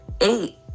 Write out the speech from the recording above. eight